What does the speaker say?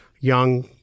young